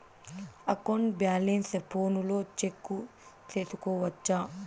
account balance ఫోనులో check సేసుకోవచ్చా